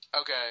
Okay